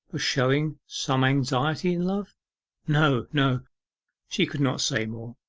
for showing some anxiety in love no, no she could not say more.